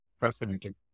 fascinating